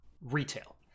retail